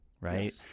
right